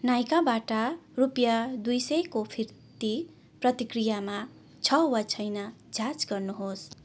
नाइकाबाट रुपियाँ दुई सयको फिर्ती प्रक्रियामा छ वा छैन जाँच गर्नुहोस्